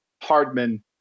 Hardman